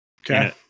Okay